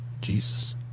Jesus